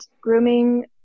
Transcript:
grooming